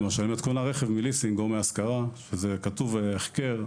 למשל אם את קונה רכב מליסינג או מהשכרה כשכתוב ברישיון "החכר",